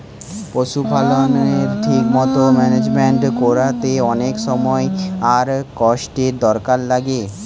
পশুপালকের ঠিক মতো ম্যানেজমেন্ট কোরতে অনেক সময় আর কষ্টের দরকার লাগে